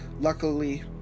Luckily